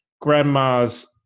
grandma's